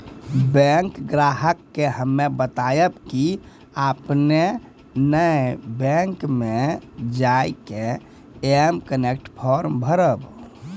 bank ग्राहक के हम्मे बतायब की आपने ने बैंक मे जय के एम कनेक्ट फॉर्म भरबऽ